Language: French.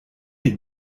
les